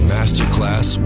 Masterclass